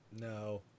No